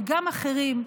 וגם אחרים,